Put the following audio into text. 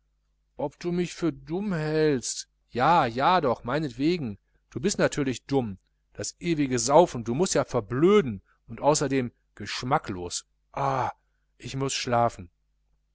ob du mich für dumm hältst ja ja doch meinetwegen du bist ja natürlich dumm das ewige saufen du mußt ja verblöden und außerdem geschmacklos ah ich muß schlafen